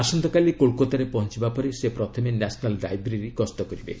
ଆସନ୍ତାକାଲି କୋଲ୍କାତାରେ ପହଞ୍ଚବା ପରେ ସେ ପ୍ରଥମେ ନ୍ୟାସନାଲ୍ ଲାଇବ୍ରେରୀ ଗସ୍ତ କରିବେ